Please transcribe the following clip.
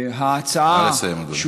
שההצעה, נא לסיים, אדוני.